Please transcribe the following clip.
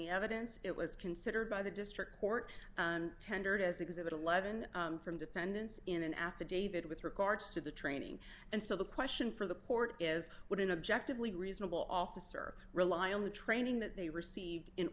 the evidence it was considered by the district court and tendered as exhibit eleven from defendants in an affidavit with regards to the training and so the question for the port is what an objective lee reasonable officer rely on the training that they received in